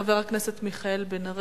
של חבר הכנסת מיכאל בן-ארי.